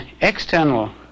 external